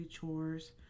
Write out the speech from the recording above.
chores